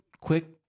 quick